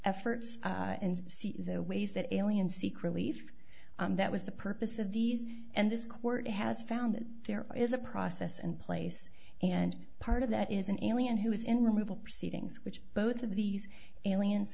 the ways that aliens seek relief that was the purpose of these and this court has found that there is a process in place and part of that is an alien who is in removal proceedings which both of these aliens